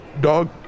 dog